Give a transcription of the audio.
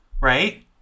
right